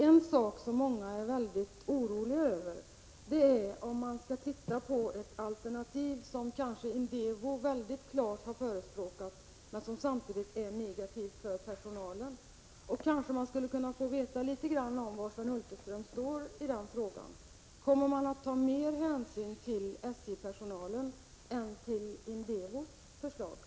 En sak som många är oroliga över är om man skall titta på ett alternativ som Indevo väldigt klart har förespråkat men som är negativt för personalen. Kanske vi skulle kunna få veta litet grand om var Sven Hulterström står i den frågan: Kommer man att ta mer hänsyn till SJ-personalen än till Indevos förslag?